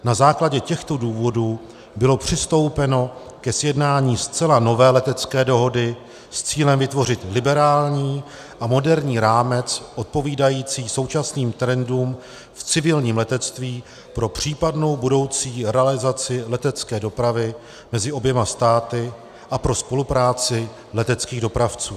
Na základě těchto důvodů bylo přistoupeno ke sjednání zcela nové letecké dohody s cílem vytvořit liberální a moderní rámec odpovídající současným trendům v civilním letectví pro případnou budoucí realizaci letecké dopravy mezi oběma státy a pro spolupráci leteckých dopravců.